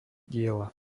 diela